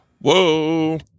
Whoa